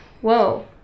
whoa